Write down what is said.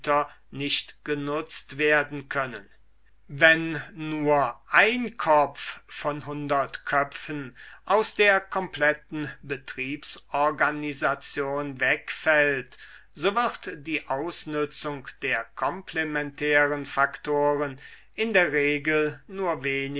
nicht genutzt werden können wenn nur ein kopf von hundert köpfen aus der kompletten betriebsorganisation wegfällt so wird die ausnützung der komplementären faktoren in der regel nur